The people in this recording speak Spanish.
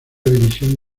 división